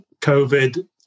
COVID